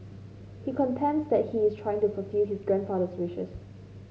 he contends that he is trying to fulfil his grandfather's wishes